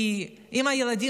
כי אם הילדים